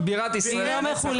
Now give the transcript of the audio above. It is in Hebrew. היא בירת ישראל לנצח.